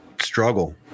struggle